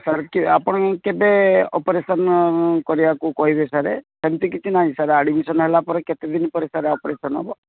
sir କିଏ ଆପଣ କେବେ ଅପେରସନ୍ କରିବାକୁ କହିବେ ସାର୍ ସେମିତି କିଛି ନାହିଁ ସାର୍ ଆଡମିସନ୍ ହେଲା ପରେ କେତେ ଦିନ ପରେ ସାର୍ ଅପେରସନ୍ ହେବ